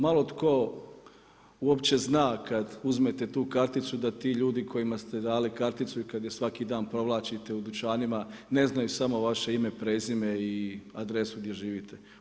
Malo tko uopće zna kad uzmete tu karticu da ti ljudi kojima ste dali karticu i kad je svaki dan provlačite u dućanima ne znaju samo vaše ime, prezime i adresu gdje živite.